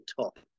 top